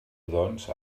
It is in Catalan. doncs